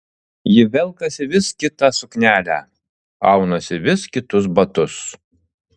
ji velkasi vis kitą suknelę aunasi vis kitus batus